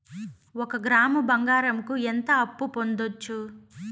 ఒక గ్రాము బంగారంకు ఎంత అప్పు పొందొచ్చు